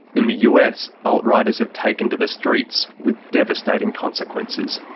in the us, alt-righters have taken to the streets with devastating consequences.